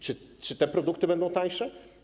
Czy te produkty będą tańsze?